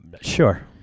Sure